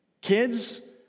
Kids